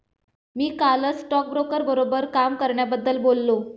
मी कालच स्टॉकब्रोकर बरोबर काम करण्याबद्दल बोललो